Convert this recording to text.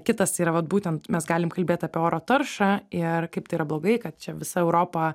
kitas tai yra vat būtent mes galim kalbėt apie oro taršą ir kaip tai yra blogai kad čia visa europa